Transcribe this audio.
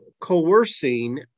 coercing